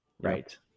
Right